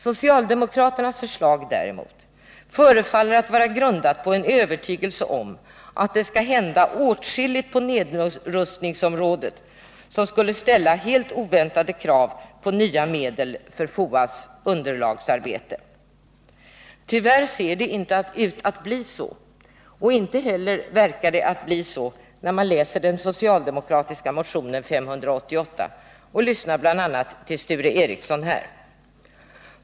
Socialdemokraternas förslag förefaller vara grundat på en övertygelse om att det skall hända åtskilligt på nedrustningsområdet som skulle ställa helt oväntade krav på nya medel för FOA:s underlagsarbete. Tyvärr ser det inte ut att bli så. Inte heller verkar det så när man läser den socialdemokratiska motionen 588 eller lyssnar till Sture Ericson här.